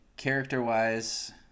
Character-wise